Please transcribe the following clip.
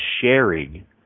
sharing